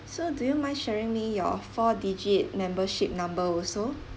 so do you mind sharing me your four digit membership number also